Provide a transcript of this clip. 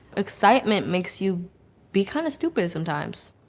excitement makes you be kind of stupid sometimes.